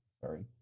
sorry